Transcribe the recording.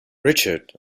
richard